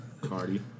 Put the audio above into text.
Cardi